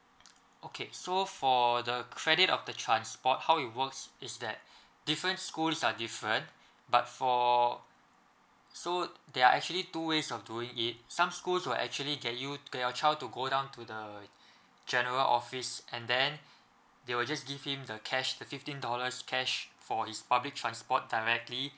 okay so for the credit of the transport how it works is that different schools are different but for so there are actually two ways of doing it some schools will actually get you get your child to go down to the general office and then they will just give him the cash the fifteen dollars cash for his public transport directly